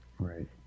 right